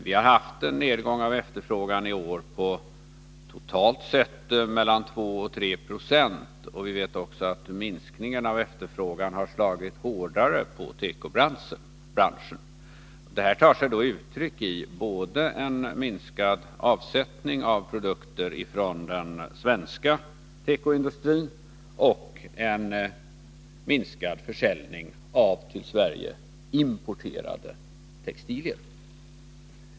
Vi har haft en nedgång av efterfrågan i år på totalt sett mellan 2 och 3 26. Vi vet också att minskningen av efterfrågan har slagit hårdare på tekobranschen. Det tar sig då uttryck i både en minskad avsättning av produkter från den svenska tekoindustrin och en minskad försäljning av till Sverige importerade textilier.